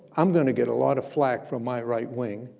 i'm gonna get a lot of flack from my right wing,